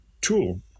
tool